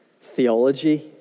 theology